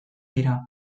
dira